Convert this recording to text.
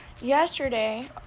Yesterday